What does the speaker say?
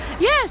Yes